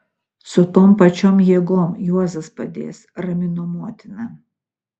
su tom pačiom jėgom juozas padės ramino motina